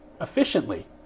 efficiently